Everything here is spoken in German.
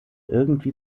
irgendwie